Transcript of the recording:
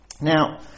Now